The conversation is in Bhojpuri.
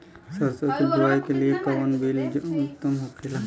सरसो के बुआई के लिए कवन बिज उत्तम होखेला?